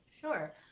Sure